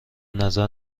نظر